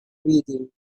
reading